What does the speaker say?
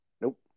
Nope